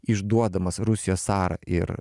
išduodamas rusijos carą ir